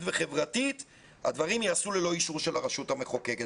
וחברתית הדברים ייעשו ללא אישור של הרשות המחוקקת".